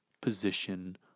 position